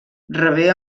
rebé